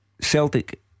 Celtic